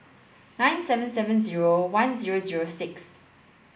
nine seven seven zero one zero zero six